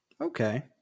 Okay